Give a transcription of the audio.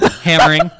Hammering